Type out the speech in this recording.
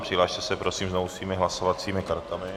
Přihlaste se prosím znovu svými hlasovacími kartami.